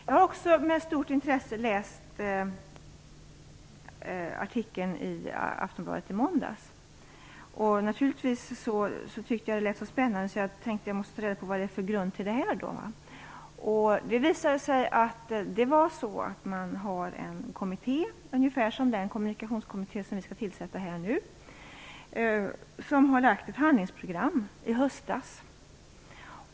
Jag har också med stort intresse läst måndagens artikel i Aftonbladet. Jag tyckte att den lät så spännande att jag måste ta reda på vad som låg till grund för den. Det visade sig att man hade en kommitté, ungefär som den kommunikationskommitté som vi nu skall tillsätta, som lade fram ett handlingsprogram i höstas.